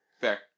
fair